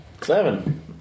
Seven